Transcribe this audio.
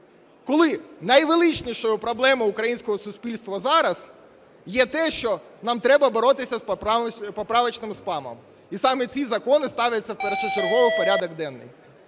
коли найвеличнішою проблемою українського суспільства зараз є те, що нам треба боротися з поправочним спамом. І саме ці закони ставляться першочергово в порядок денний.